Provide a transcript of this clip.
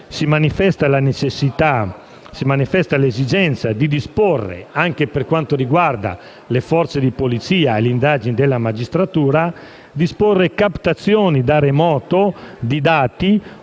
si manifesta l'esigenza di disporre, anche per quanto riguarda le forze di polizia e le indagini della magistratura, captazioni da remoto di dati